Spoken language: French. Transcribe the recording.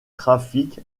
trafic